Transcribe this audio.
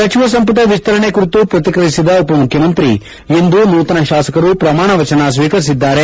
ಸಚಿವ ಸಂಪುಟ ವಿಸ್ತರಣೆ ಕುರಿತು ಪ್ರತಿಕ್ರಿಯಿಸಿದ ಉಪಮುಖ್ಯಮಂತ್ರಿ ಇಂದು ನೂತನ ಶಾಸಕರು ಪ್ರಮಾಣ ವಚನ ಸ್ವೀಕರಿಸಿದ್ದಾರೆ